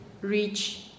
reach